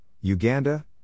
Uganda